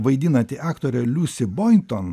vaidinanti aktorė liusi bonton